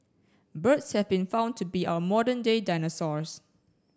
birds have been found to be our modern day dinosaurs